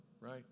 right